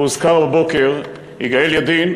יגאל ידין,